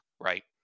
right